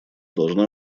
должна